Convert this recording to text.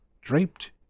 draped